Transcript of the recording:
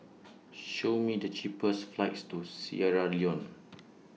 Show Me The cheapest flights to Sierra Leone